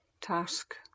Task